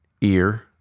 ear